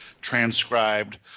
transcribed